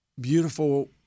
beautiful